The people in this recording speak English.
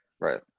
right